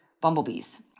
bumblebees